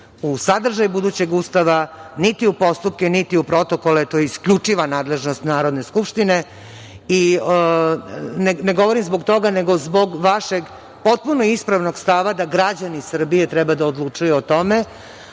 u sadržaj budućeg Ustava, niti u postupke, niti u protokole. To je isključiva nadležnost Narodne skupštine. Ne govorim zbog toga nego zbog vašeg potpuno ispravnog stava da građani Srbije treba da odlučuju o tome,